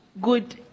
Good